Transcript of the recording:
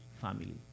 family